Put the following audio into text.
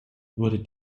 wurde